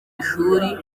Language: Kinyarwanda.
ishuri